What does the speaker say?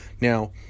now